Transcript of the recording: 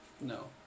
No